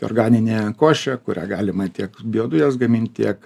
organinė košė kurią galima tiek biodujas gaminti tiek